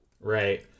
Right